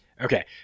Okay